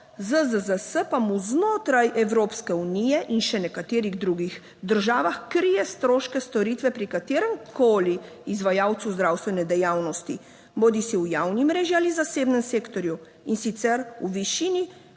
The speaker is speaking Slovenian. ZZZS pa mu znotraj Evropske unije in še nekaterih drugih državah krije stroške storitve pri kateremkoli izvajalcu zdravstvene dejavnosti bodisi v javni mreži ali zasebnem sektorju, in sicer v višini